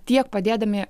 tiek padėdami